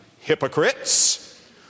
hypocrites